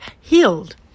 healed